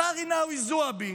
אותה רינאוי זועבי